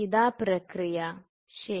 ഇതാ പ്രക്രിയ ശരി